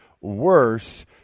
worse